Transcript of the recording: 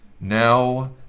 now